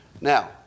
now